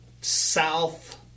south